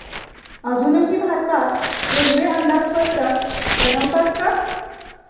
अजूनही भारतात रेल्वे अंदाजपत्रक बनवतात का?